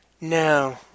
No